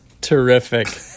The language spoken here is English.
terrific